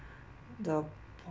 the